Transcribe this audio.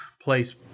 place –